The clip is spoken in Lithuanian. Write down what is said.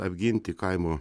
apginti kaimo